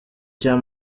cya